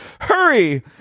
Hurry